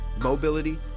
mobility